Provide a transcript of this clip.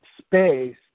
space